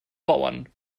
bauern